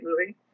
movie